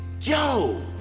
yo